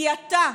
כי אתה,